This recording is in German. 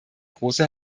große